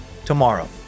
Tomorrow